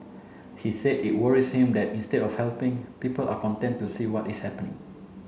he said it worries him that instead of helping people are content to see what is happening